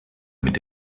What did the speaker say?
mit